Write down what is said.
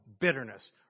bitterness